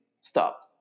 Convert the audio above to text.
stop